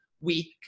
week